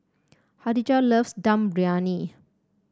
Kadijah loves Dum Briyani